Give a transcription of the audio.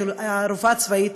הרופאה הצבאית,